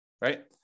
right